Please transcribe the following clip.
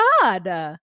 God